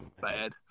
bad